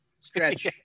stretch